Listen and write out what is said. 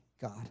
God